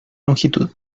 longitud